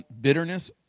bitterness